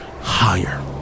higher